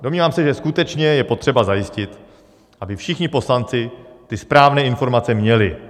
Domnívám se, že je skutečně potřeba zajistit, aby všichni poslanci ty správné informace měli.